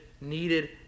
needed